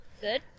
good